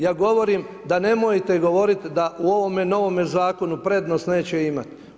Ja govorim da nemojte govoriti da u ovome novome zakonu prednost neće imati.